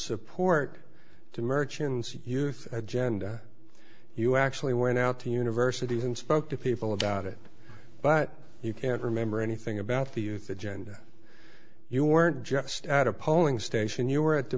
support the merchants youth agenda you actually went out to universities and spoke to people about it but you can't remember anything about the youth agenda you weren't just at a polling station you were at the